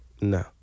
No